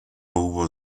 hubo